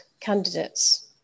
candidates